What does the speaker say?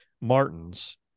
martins